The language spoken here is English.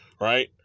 Right